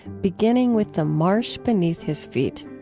beginning with the marsh beneath his feet